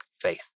faith